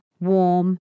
warm